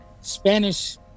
Spanish